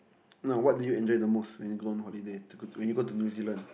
now what do you enjoy the most when you go on holiday when you go to New-Zealand